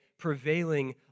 prevailing